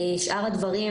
שאר הדברים,